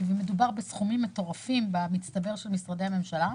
כי מדובר בסכומים מטורפים במצטבר של משרדי הממשלה,